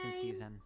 season